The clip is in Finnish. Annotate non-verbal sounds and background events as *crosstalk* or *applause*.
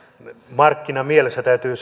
markkinamielessä täytyy *unintelligible*